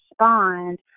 respond